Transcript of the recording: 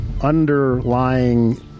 underlying